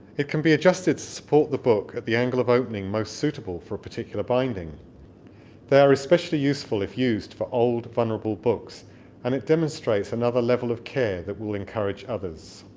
it can be adjusted to support the book at the angle of opening most suitable for a particular binding they are especially useful if used for old, vulnerable books and it demonstrates another level of care that will encourage others